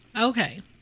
Okay